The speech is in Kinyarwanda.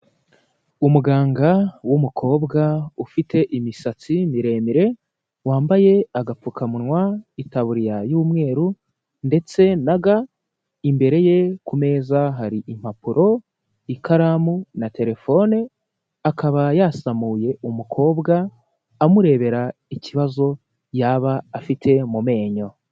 Umuganga w'umukobwa ufite imisatsi miremire wambaye agapfukamunwa, itaburiya y'umweru ndetse na ga, imbere ye ku meza hari impapuro, ikaramu na telefone akaba yasamuye umukobwa amurebera ikibazo yaba afite mu menyo.